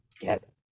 get